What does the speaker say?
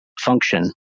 function